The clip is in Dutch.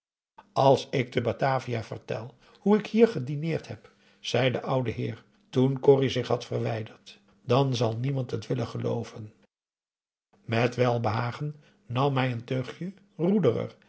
als ik te batavia vertel hoe ik hier gedineerd heb zei de oude heer toen corrie zich had verwijderd dan zal niemand het willen gelooven met welbehagen nam hij een teugje